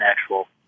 actual